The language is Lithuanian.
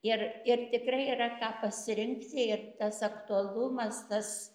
ir ir tikrai yra ką pasirinksi ir tas aktualumas tas